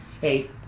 Hey